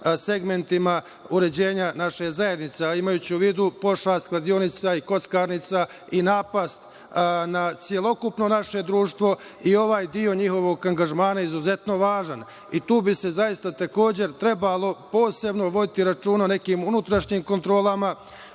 segmentima uređenja naše zajednice, a imajući u vidu pošast kladionica i kockarnica i napast na celokupno naše društvo i ovaj deo njihovog angažmana je izuzetno važan. Tu bi se zaista takođe trebalo posebno voditi računa o nekim unutrašnjim kontrolama.